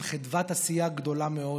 עם חדוות עשייה גדולה מאוד.